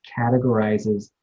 categorizes